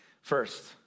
First